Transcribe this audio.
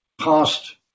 past